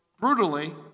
Brutally